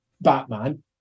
Batman